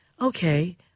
okay